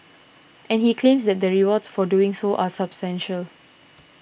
and he claims that the rewards for doing so are substantial